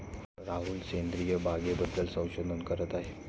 राहुल सेंद्रिय बागेबद्दल संशोधन करत आहे